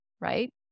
right